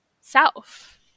self